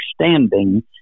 understanding